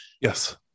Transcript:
yes